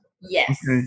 Yes